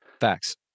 Facts